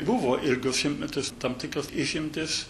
buvo ir šimtmetis tam tikras išimtis